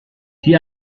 die